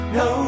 no